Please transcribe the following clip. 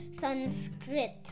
Sanskrit